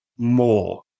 More